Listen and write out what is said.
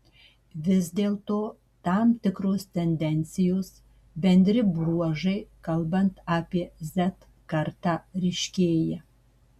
vis dėlto tam tikros tendencijos bendri bruožai kalbant apie z kartą ryškėja